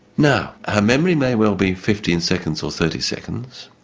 now her memory may well be fifteen seconds or thirty seconds,